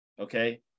Okay